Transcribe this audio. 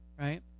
right